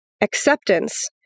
acceptance